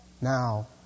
now